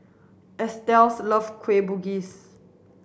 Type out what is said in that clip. Estes loves Kueh Bugis